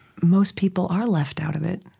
most people are left out of it,